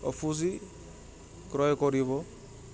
অফুজি ক্ৰয় কৰিব